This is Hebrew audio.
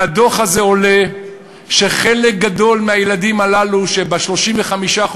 מהדוח הזה עולה שחלק גדול מהילדים הללו שב-35%